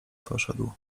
poszedł